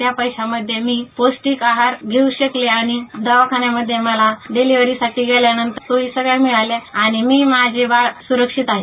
त्यापैशामध्ये मी पौष्टीक आहार घेवू शकले आणि दवाखानामध्ये मला डिलीव्हरीसाठी गेल्यानंतर सोयी सगळ्या मिळाल्या आणि मी माझे बाळ सुरक्षित आहे